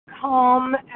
calm